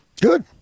Good